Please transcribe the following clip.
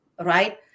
right